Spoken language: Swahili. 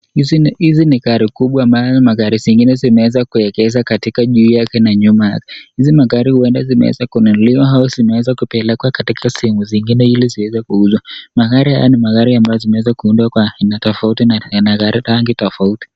Hizi ni gari kubwa ambazo gari zingine zimeweza kuwekezwa katika juu yake na nyuma. Hizi magari uenda zimeweza kununuliwa au zimeweza kupelekwa katika sehemu zingine iliziweze kuuza, magari haya ni magari ambazo zinaweza kuudwa kwa haina tofauti na zina rangi tofauti